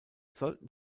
sollten